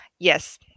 Yes